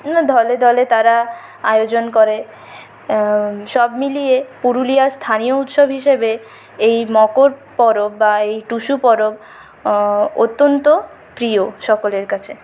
দলে দলে তারা আয়োজন করে সব মিলিয়ে পুরুলিয়ার স্থানীয় উৎসব হিসেবে এই মকর পরব বা এই টুসু পরব অত্যন্ত প্রিয় সকলের কাছে